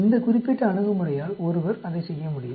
இந்த குறிப்பிட்ட அணுகுமுறையால் ஒருவர் அதைச் செய்ய முடியும்